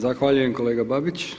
Zahvaljujem, kolega Babić.